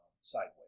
sideways